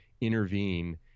intervene